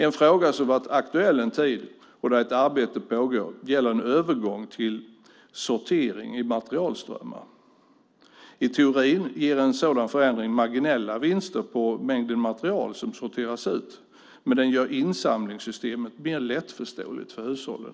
En fråga som varit aktuell en tid och där ett arbete pågår gäller en övergång till sortering i materialströmmar. I teorin ger en sådan förändring marginella vinster på mängden material som sorteras ut, men den gör insamlingssystemet mer lättförståeligt för hushållen.